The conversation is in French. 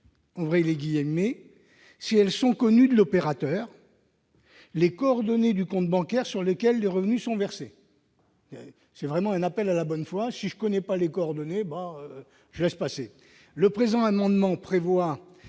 transmettent " si elles sont connues de l'opérateur, les coordonnées du compte bancaire sur lequel les revenus sont versés ".» C'est vraiment un appel à la bonne foi : si je ne connais pas les coordonnées, je laisse passer ...« Le présent amendement prévoit